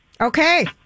Okay